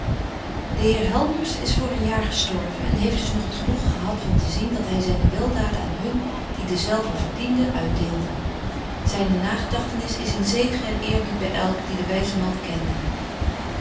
de heer helmers is voor een jaar gestorven en heeft dus nog het genoegen gehad van te zien dat hy zyne weldaden aan hun die dezelve verdienden uitdeelde zyne nagedagtenis is in zegen en eerbied by elk die den wyzen man kenden